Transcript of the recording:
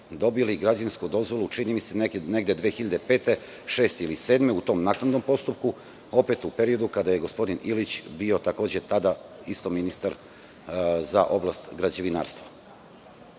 dobili građevinsku dozvolu, čini mi se negde 2005, 2006. ili 2007. godine, u tom naknadnom postupku, opet u periodu kada je gospodin Ilić bio takođe tada isto ministar za oblast građevinarstva. Usvajanjem